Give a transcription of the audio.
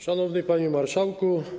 Szanowny Panie Marszałku!